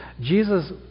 Jesus